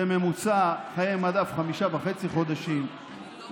בממוצע חיי מדף הם חמישה חודשים וחצי,